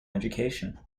education